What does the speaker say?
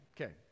okay